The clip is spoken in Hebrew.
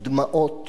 ותוהו ובוהו."